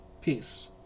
Peace